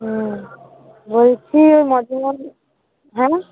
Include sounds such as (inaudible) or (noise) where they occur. হুম বলছি ওই (unintelligible) হ্যাঁ